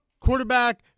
quarterback